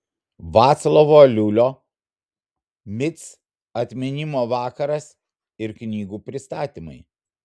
vaclovo aliulio mic atminimo vakaras ir knygų pristatymai